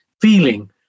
feeling